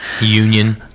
union